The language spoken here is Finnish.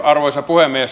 arvoisa puhemies